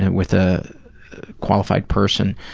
and with a qualified person,